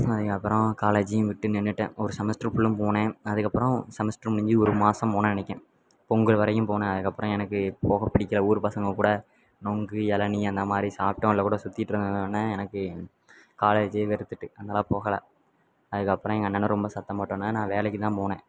அதுக்கப்புறம் காலேஜையும் விட்டு நின்றுட்டேன் ஒரு செமஸ்ட்ரு ஃபுல்லும் போனேன் அதுக்கப்புறம் செமஸ்ட்ரு முடிஞ்சு ஒரு மாதம் போனேன்னு நினைக்கேன் பொங்கல் வரையும் போனேன் அதுக்கப்புறம் எனக்கு போக பிடிக்கலை ஊர் பசங்கள் கூட நுங்கு இளநீ அந்தமாதிரி சாப்பிட்டு அவனுங்ககூட சுற்றிட்ருந்தோன்னே எனக்கு காலேஜே வெறுத்துவிட்டு அதனால் போகலை அதுக்கப்புறம் எங்கள் அண்ணனும் ரொம்ப சத்தம் போட்டோன்னேதான் நான் வேலைக்குதான் போனேன்